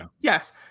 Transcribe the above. yes